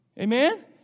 Amen